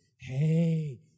Hey